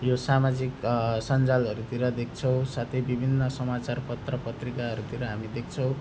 यो सामाजिक सञ्जालहरूतिर देख्छौँ साथै विभिन्न समाचार पत्र पत्रिकाहरूतिर हामी देख्छौँ